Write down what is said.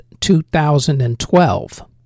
2012